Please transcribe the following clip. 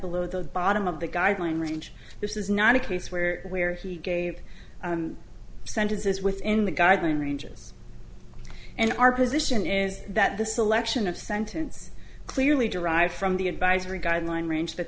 below the bottom of the guideline range this is not a case where where he gave sentences within the guidelines ranges and our position is that the selection of sentence clearly derives from the advisory guideline range